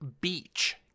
Beach